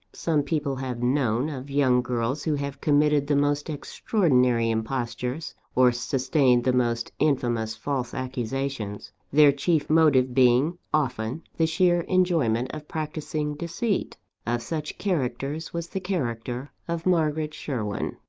some people have known, of young girls who have committed the most extraordinary impostures, or sustained the most infamous false accusations their chief motive being often the sheer enjoyment of practising deceit. of such characters was the character of margaret sherwin.